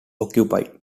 occupied